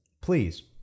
Please